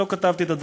לא כתבתי את הדברים,